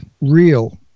Real